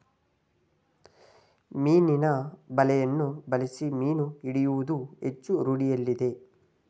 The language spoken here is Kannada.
ಮೀನಿನ ಬಲೆಯನ್ನು ಬಳಸಿ ಮೀನು ಹಿಡಿಯುವುದು ಹೆಚ್ಚು ರೂಢಿಯಲ್ಲಿದೆ